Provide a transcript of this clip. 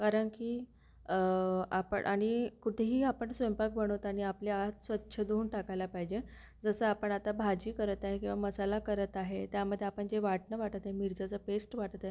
कारण की आपण आणि कुठेही आपण स्वयंपाक बनवतानी आपले हात स्वच्छ धुवून टाकायला पाहिजे जसं आपण आता भाजी करत आहे किंवा मसाला करत आहे त्यामध्ये आपण जे वाटणं वाटत आहे मिरच्याचा पेस्ट वाटत आहे